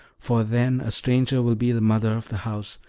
for then a stranger will be the mother of the house,